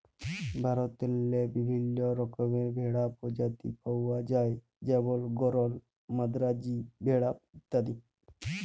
ভারতেল্লে বিভিল্ল্য রকমের ভেড়ার পরজাতি পাউয়া যায় যেমল গরল, মাদ্রাজি ভেড়া ইত্যাদি